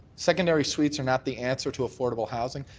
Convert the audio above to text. secondary suites are not the answer to affordable housing.